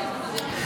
להעביר